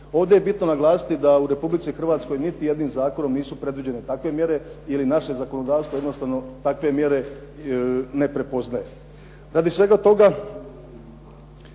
Ovdje je bitno naglasiti da u Republici Hrvatskoj niti jednim zakonom nisu predviđene takve mjere ili naše zakonodavstvo jednostavno takve mjere ne prepoznaje. Radi svega toga